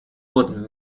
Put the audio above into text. wurden